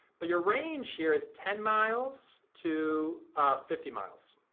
but your range here is ten miles to fifty miles.